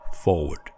forward